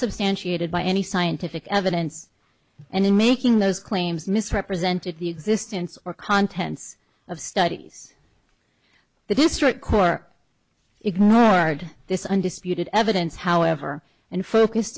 substantiated by any scientific evidence and in making those claims misrepresented the existence or contents of studies the district court ignored this undisputed evidence however and focused